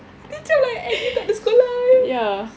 dia macam like act dia tak ada sekolah jer